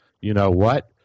you-know-what